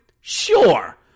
Sure